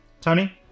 Tony